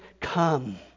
come